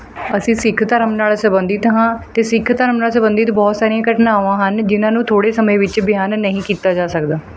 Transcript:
ਅਸੀਂ ਸਿੱਖ ਧਰਮ ਨਾਲ਼ ਸਬੰਧਿਤ ਹਾਂ ਅਤੇ ਸਿੱਖ ਧਰਮ ਨਾਲ਼ ਸਬੰਧਿਤ ਬਹੁਤ ਸਾਰੀਆਂ ਘਟਨਾਵਾਂ ਹਨ ਜਿਹਨਾਂ ਨੂੰ ਥੋੜੇ ਸਮੇਂ ਵਿੱਚ ਬਿਆਨ ਨਹੀਂ ਕੀਤਾ ਜਾ ਸਕਦਾ